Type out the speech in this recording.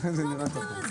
שיאנית הדיונים